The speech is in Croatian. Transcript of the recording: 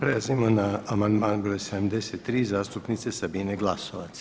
Prelazimo na amandman broj 73 zastupnice Sabine Glasovac.